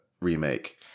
remake